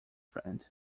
friend